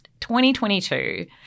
2022